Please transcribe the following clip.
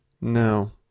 No